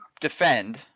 defend